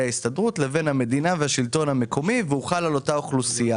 ההסתדרות לבין המדינה והשלטון המקומי והוא חל על אותה אוכלוסייה.